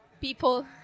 People